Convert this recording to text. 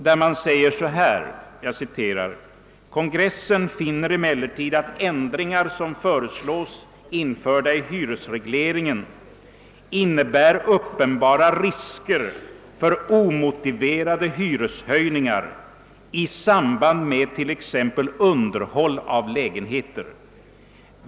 Där sägs följande: »Kongressen finner emellertid att ändringar som föreslås införda i hyresregleringen innebär uppenbara risker för omotiverade hyreshöjningar i samband med t.ex. underhåll av lägenheter.